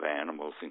animals